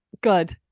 Good